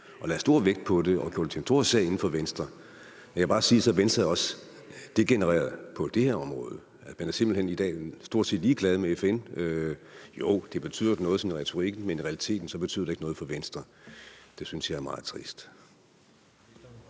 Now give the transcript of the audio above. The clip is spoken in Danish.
og lagde stor vægt på det og gjorde det til en trossag inden for Venstre. Men jeg kan bare sige, at Venstre så også er degenereret på det her område, altså at man i dag simpelt hen stort set er ligeglad med FN. Jo, det betyder noget sådan i retorikken, men i realiteten betyder det ikke noget for Venstre. Det synes jeg er meget trist.